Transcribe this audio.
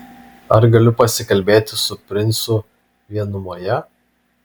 ar galiu pasikalbėti su princu vienumoje